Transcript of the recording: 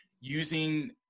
using